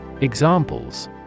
Examples